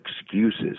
excuses